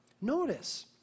notice